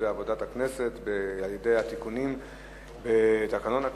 בעבודת הכנסת על-ידי התיקונים בתקנון הכנסת,